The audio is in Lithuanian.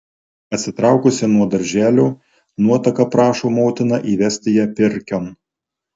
atsitraukusi nuo darželio nuotaka prašo motiną įvesti ją pirkion